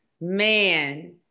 Man